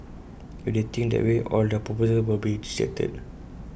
if they think that way all their proposals will be rejected